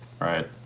right